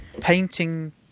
painting